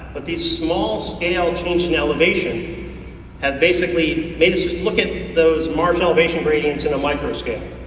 but these small scale change in elevation have basically made us just look at those marsh elevation gradients in a micro scale.